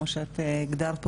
כמו שהגדרת,